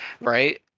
right